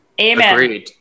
Amen